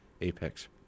apex